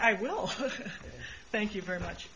i will thank you very much